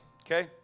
okay